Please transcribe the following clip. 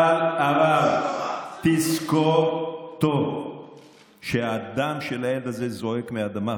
אבל תזכור טוב שהדם של הילד הזה זועק מהאדמה,